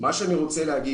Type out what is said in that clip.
אני רוצה לומר